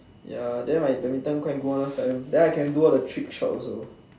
ya than my badminton quite good one last time than I can do all the trick shot also